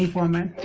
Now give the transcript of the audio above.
woman